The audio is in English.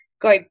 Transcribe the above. go